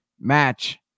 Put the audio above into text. match